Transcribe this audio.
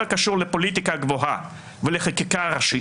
הקשור לפוליטיקה גבוהה ולחקיקה ראשית,